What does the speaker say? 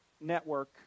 network